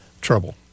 trouble